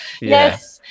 Yes